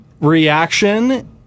reaction